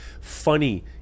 funny